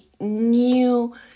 new